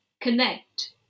connect